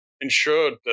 ensured